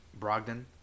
Brogdon